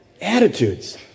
attitudes